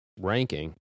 ranking